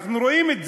אנחנו רואים את זה.